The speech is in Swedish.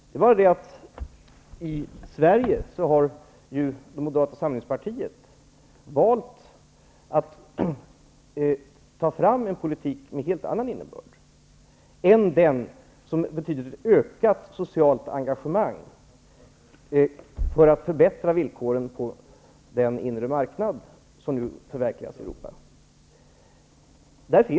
Men i Sverige har ju Moderata samlingspartiet valt att ta fram en politik med en helt annan innebörd än den som betyder ett ökat socialt engagemang för att förbättra villkoren på den inre marknad som nu förverkligas i Europa.